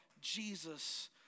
Jesus